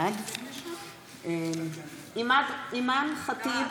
בעד אימאן ח'טיב